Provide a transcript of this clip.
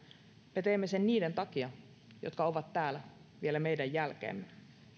me teemme sen niiden takia jotka ovat täällä vielä meidän jälkeemme